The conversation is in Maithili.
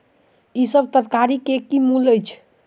ई सभ तरकारी के की मूल्य अछि?